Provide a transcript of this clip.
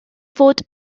fod